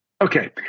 Okay